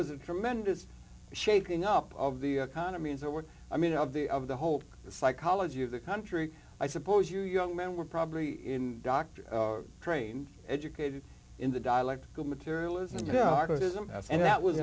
was a tremendous shaking up of the economy as it were i mean of the of the whole the psychology of the country i suppose you young men were probably in dr crane educated in the dialectical materialism and that was